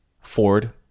Ford